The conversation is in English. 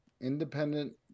Independent